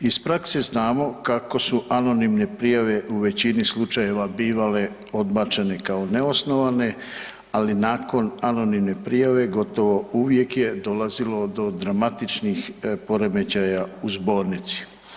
Iz prakse znamo kako su anonimne prijave u većini slučajeva bivale odbačene kao neosnovane, ali nakon anonimne prijave gotovo uvijek je dolazilo do dramatičnih poremećaja u zbornici.